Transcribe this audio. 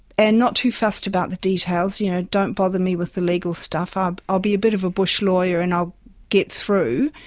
and not too fussed about the details, you know, don't bother me with the legal stuff, ah i'll be a bit of a bush lawyer and i'll get through'.